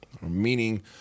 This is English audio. meaning